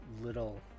little